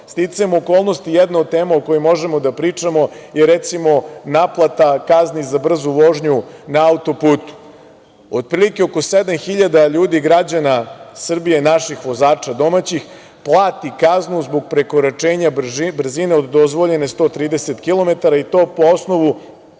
okolnosti, jedna od tema o kojoj možemo da pričamo je, recimo, naplata kazni za brzu vožnju na auto-putu. Otprilike oko sedam hiljada ljudi, građana Srbije, naših domaćih vozača, plati kaznu zbog prekoračenja brzine od dozvoljenih 130 km i to po osnovu